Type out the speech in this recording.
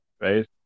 right